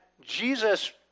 Jesus